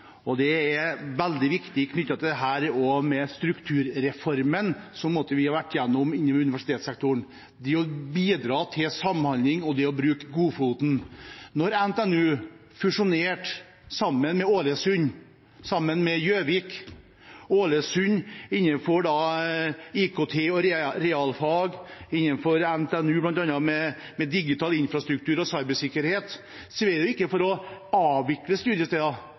Det er veldig viktig knyttet til dette med strukturreformen, som vi har vært gjennom i universitetssektoren – det å bidra til samhandling og å bruke godfoten. Da NTNU fusjonerte med høgskolene i Gjøvik og i Ålesund – innenfor bl.a. IKT, realfag, digital infrastruktur og cybersikkerhet – var det ikke for å avvikle studiestedene, men for å styrke studiestedene og utvikle disse miljøene sammen, og for å